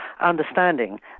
understanding